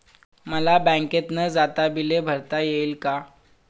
मला बँकेत न जाता बिले भरता येतील का?